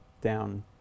down